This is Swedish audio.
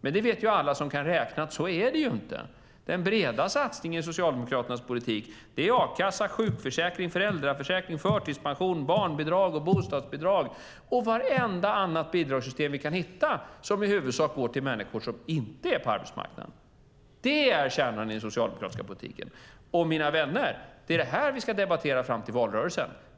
men alla som kan räkna vet att det inte är så. Den breda satsningen i Socialdemokraternas politik är a-kassa, sjukförsäkring, föräldraförsäkring, förtidspension, barnbidrag, bostadsbidrag och vartenda annat bidragssystem vi kan hitta som i huvudsak går till människor som inte är på arbetsmarknaden. Det är kärnan i den socialdemokratiska politiken. Mina vänner! Det är det här vi ska debattera fram till valrörelsen.